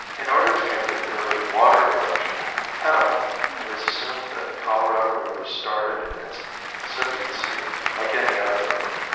in order to make the theory of water erosion tenable it is assumed that the colorado river started in its incipiency like any other river.